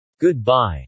goodbye